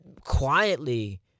quietly